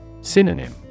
Synonym